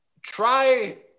try